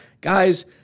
guys